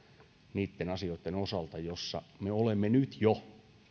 niitten asioitten osalta joissa me olemme nyt jo